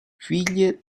figlie